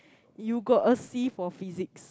you got a C for physics